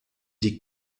die